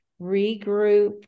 regroup